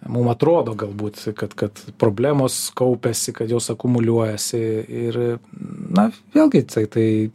mum atrodo galbūt kad kad problemos kaupiasi kad jos akumuliuojasi ir na vėlgi tai